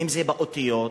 אם באותיות,